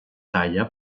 talla